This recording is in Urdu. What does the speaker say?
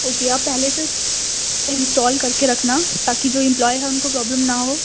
اوکے آپ پہلے سے انسٹال کر کے رکھنا تاکہ جو امپلائی ہے ان کو پرابلم نہ ہو